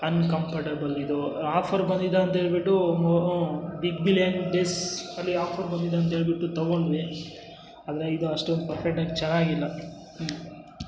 uncomfortable ಇದು offer ಬಂದಿದೆ ಅಂಥೇಳ್ಬಿಟ್ಟು ಬಿಗ್ ಬಿಲಿಯನ್ ಡೆಸ್ ಅಲ್ಲಿ ಆಫರ್ ಬಂದಿದೆ ಅಂಥೇಳ್ಬಿಟ್ಟು ತಗೊಂಡ್ವಿ ಆದರೆ ಇದು ಅಷ್ಟೊಂದು ಪೆರ್ಫೆಕ್ಟಾಗಿ ಚೆನ್ನಾಗಿಲ್ಲ